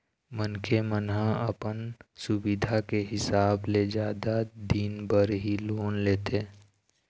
मनखे मन ह अपन सुबिधा के हिसाब ले जादा दिन बर ही लोन लेथे